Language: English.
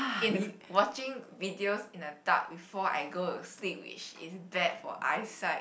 if watching videos in the dark before I go to sleep which is bad for eyesight